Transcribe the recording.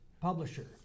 publisher